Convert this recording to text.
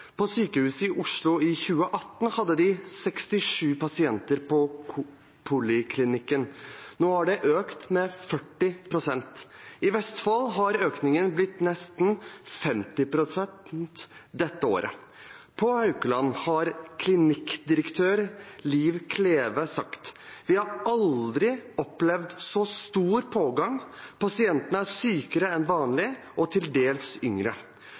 i spiseforstyrrelser. På et sykehus i Oslo hadde de 67 pasienter på poliklinikken i 2018. Nå er tallet økt med 40 pst. I Vestfold har økningen blitt nesten 50 pst. ut dette året. På Haukeland har klinikkdirektør Liv Kleve sagt: «Vi har aldri hatt så stor pågang. Pasientene er sykere enn vanlig, og til dels yngre.»